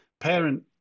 Parent